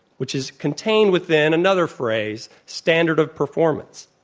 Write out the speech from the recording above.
which is contained within another phrase, standard of performance.